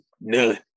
None